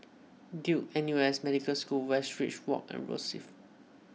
Duke N U S Medical School Westridge Walk and Rosyth